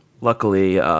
luckily –